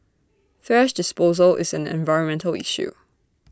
thrash disposal is an environmental issue